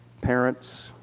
parents